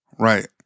Right